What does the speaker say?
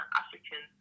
african